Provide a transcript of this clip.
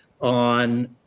on